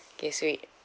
okay sweet